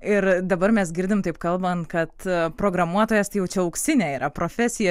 ir dabar mes girdim taip kalbant kad programuotojas jau čia auksinė yra profesija